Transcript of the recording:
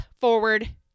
forward